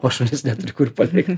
o šunis neturi kur palikt